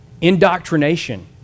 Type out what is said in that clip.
Indoctrination